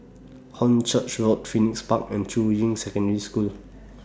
Hornchurch Road Phoenix Park and Juying Secondary School